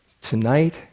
tonight